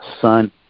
son